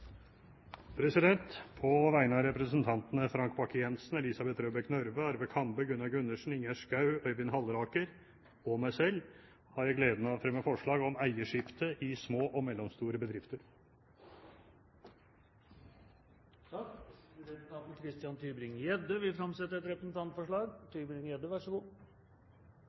På vegne av representantene Frank Bakke-Jensen, Elisabeth Røbekk Nørve, Arve Kambe, Gunnar Gundersen, Ingjerd Schou, Øyvind Halleraker og meg selv har jeg gleden av å fremme forslag om eierskifte i små og mellomstore bedrifter. Representanten Christian Tybring-Gjedde vil framsette et representantforslag.